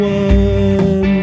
one